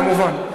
כמובן.